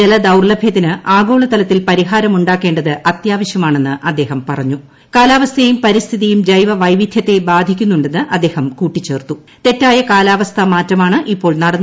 ജലദൌർലഭൃത്തിന് ആഗോളും തലത്തിൽ പരിഹാരമുണ്ടാക്കേണ്ടത് അത്യാവശ്യമാണെന്ന് കാലാവസ്ഥയും പരിസ്ഥിതിയും ജൈവ വൈവിധൃത്തെ ബാധിക്കുന്നുണ്ടെന്ന് അദ്ദേഹം തെറ്റായ കാലാവസ്ഥാ മാറ്റമാണ് ഇപ്പോൾ കൂട്ടിച്ചേർത്തു